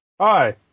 Hi